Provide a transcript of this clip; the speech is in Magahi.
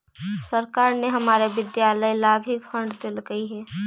सरकार ने हमारे विद्यालय ला भी फण्ड देलकइ हे